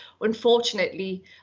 unfortunately